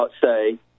say